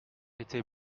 était